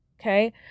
Okay